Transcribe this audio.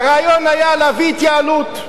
והרעיון היה להביא התייעלות,